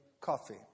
coffee